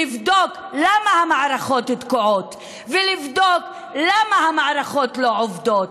לבדוק למה המערכות תקועות ולבדוק למה המערכות לא עובדות.